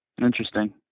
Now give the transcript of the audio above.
Interesting